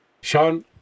Sean